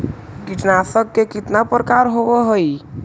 कीटनाशक के कितना प्रकार होव हइ?